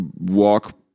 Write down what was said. walk